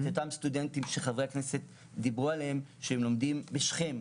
אותם סטודנטים שחברי הכנסת דיברו עליהם שלומדים בשכם,